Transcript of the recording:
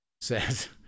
says